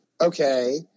Okay